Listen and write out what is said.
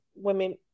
women